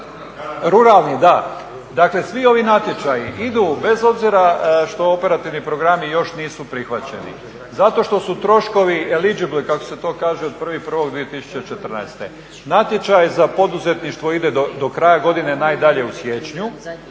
Ruralni, da. Dakle svi ovi natječaji idu bez obzira što operativni programi još nisu prihvaćeni zato što su troškovi elegable kako se to kaže od 1.1.2014. Natječaj za poduzetništvo ide do kraja godine, najdalje u siječnju.